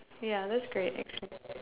ya that's great actually